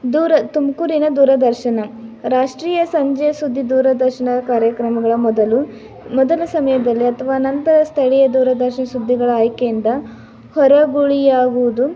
ದೂರ ತುಮಕೂರಿನ ದೂರದರ್ಶನ ರಾಷ್ಟ್ರೀಯ ಸಂಜೆ ಸುದ್ದಿ ದೂರದರ್ಶನ ಕಾರ್ಯಕ್ರಮಗಳ ಮೊದಲು ಮೊದಲ ಸಮಯದಲ್ಲಿ ಅಥ್ವಾ ನಂತರ ಸ್ಥಳೀಯ ದೂರದರ್ಶಕ ಸುದ್ದಿಗಳ ಆಯ್ಕೆಯಿಂದ ಹೊರಗುಳಿಯಾಗುವುದು